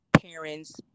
parents